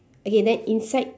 okay then inside